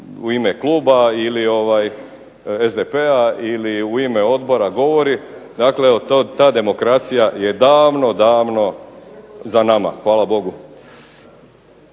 u ime Kluba, ili SDP-a ili u ime Odbora govori, ta demokracija je davno, davno za nama hvala Bogu.